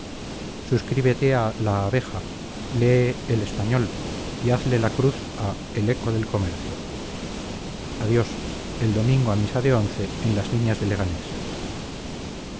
suscríbete a la abeja lee el español y hazle la cruz a el eco del comercio adiós el domingo a misa de once en las niñas de leganés